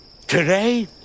today